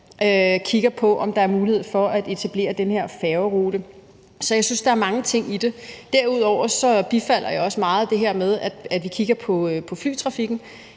kigger på, om der er mulighed for at etablere den her færgerute. Så jeg synes, der er mange ting i det. Derudover bifalder jeg også meget det her med, at vi kigger på flytrafikken